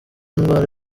indwara